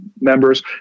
members